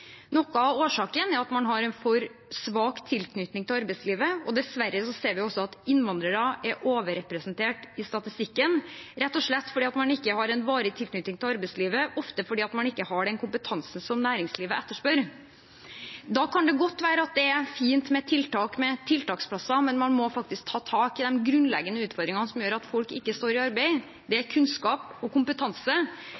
Noe av årsaken er at man har for svak tilknytning til arbeidslivet, og dessverre ser vi at innvandrere er overrepresentert i statistikken – rett og slett fordi man ikke har en varig tilknytning til arbeidslivet, ofte fordi man ikke har den kompetansen som næringslivet etterspør. Da kan det godt være at det er fint med tiltaksplasser, men man må faktisk ta tak i de grunnleggende utfordringene som gjør at folk ikke står i arbeid. Det er